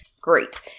Great